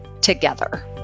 together